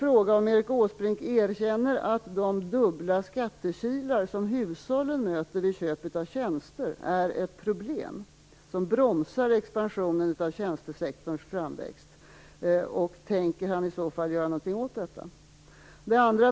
Erkänner Erik Åsbrink att de dubbla skattekilar som hushållen möter vid köp av tjänster är ett problem som bromsar expansionen av tjänstesektorns framväxt, och tänker han i så fall göra något åt detta? 2.